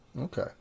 Okay